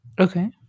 Okay